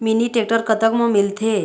Mini tractor कतक म मिलथे?